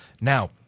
now